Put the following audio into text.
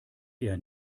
eher